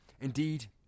Indeed